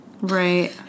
Right